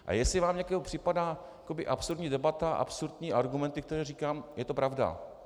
A jestli vám někomu připadá jakoby absurdní debata a absurdní argumenty, které říkám, je to pravda.